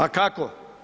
A kako?